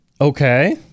Okay